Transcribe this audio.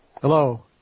Hello